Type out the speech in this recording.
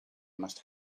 must